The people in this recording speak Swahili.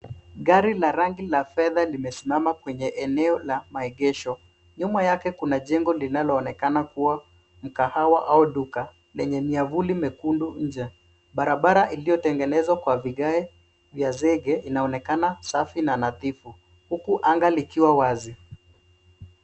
Gari la rangi ya fedha limesimama kwenye eneo la maegesho . Nyuma yake kuna jengo linaloonekana kuwa mkahawa au duka, lenye miavuli mekundu nje. Barabara iliyotengenezwa kwa vigae vya zege inaonekana safi na nadhifu, huku anga likiwa wazi.